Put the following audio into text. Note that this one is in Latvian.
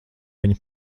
viņa